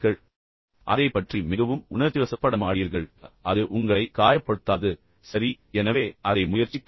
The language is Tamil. எனவே அதைப் பற்றி மிகவும் உணர்ச்சிவசப்பட மாடீர்கள் அது உங்களை காயப்படுத்தாது சரி எனவே அதை முயற்சிக்கவும்